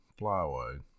Flyway